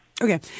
Okay